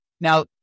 Now